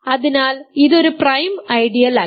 അതിനാൽ ഇത് ഒരു പ്രൈം ഐഡിയൽ അല്ല